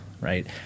right